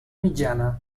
mitjana